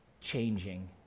changing